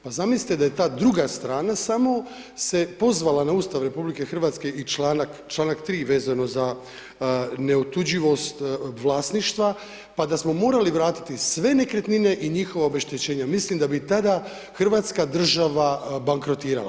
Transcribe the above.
Pa zamislite da je ta druga strana samo se pozvala na Ustav RH i članak, članak 3. vezano za neotuđivost vlasništva pa da smo morali vratiti sve nekretnine i njihova obeštećenja, mislim da bi taka Hrvatska država bankrotirala.